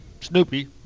Snoopy